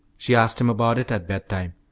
she asked him about it at bedtime.